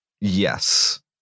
Yes